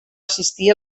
assistir